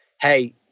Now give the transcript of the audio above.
Hey